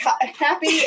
happy